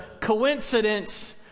coincidence